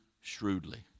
shrewdly